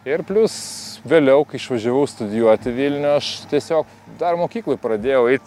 ir plius vėliau kai išvažiavau studijuot į vilnių aš tiesiog dar mokykloj pradėjau eit